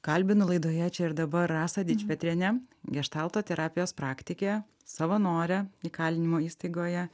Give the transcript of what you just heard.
kalbinu laidoje čia ir dabar rasą dičpetrienę geštalto terapijos praktikė savanorė įkalinimo įstaigoje